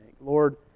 Lord